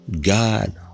God